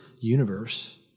universe